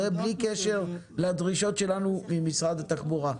זה בלי קשר לדרישות שלנו ממשרד התחבורה.